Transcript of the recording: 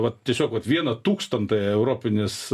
va tiesiog vieną tūkstantąją europinis